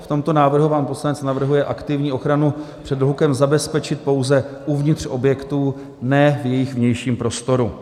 V tomto návrhu pan poslanec navrhuje aktivní ochranu před hlukem zabezpečit pouze uvnitř objektů, ne v jejich vnějším prostoru.